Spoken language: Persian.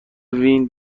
وین